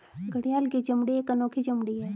घड़ियाल की चमड़ी एक अनोखी चमड़ी है